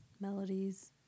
melodies